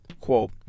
quote